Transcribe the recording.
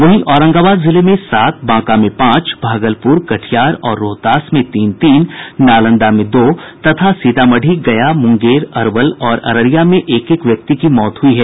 वहीं औरंगाबाद जिले में सात बांका में पांच भागलपुर कटिहार और रोहतास में तीन तीन नालंदा में दो तथा सीतामढ़ी गया मुंगेर अरवल और अररिया में एक एक व्यक्ति की मौत हुई है